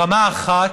ברמה אחת,